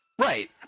Right